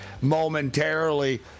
Momentarily